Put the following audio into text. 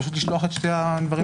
פשוט לשלוח את שני הדברים ביחד.